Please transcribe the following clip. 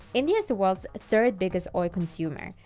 india is the world's third biggest oil consumer,